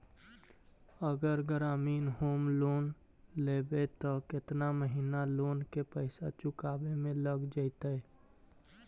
अगर ग्रामीण home loan लेबै त केतना महिना लोन के पैसा चुकावे में लग जैतै?